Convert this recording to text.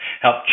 help